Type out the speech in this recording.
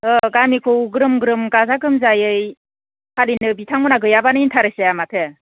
औ गामिखौ ग्रोम ग्रोम गाजा गोमजायै फालिनो बिथांमोनहा गैयाबानो इन्टारेस्ट जाया माथो